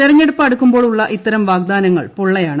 തെരഞ്ഞെടുപ്പ് അടുക്കുമ്പോൾ ഉള്ള ഇത്തരം വാഗ്ദാനങ്ങൾ പൊള്ളയാണ്